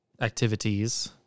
activities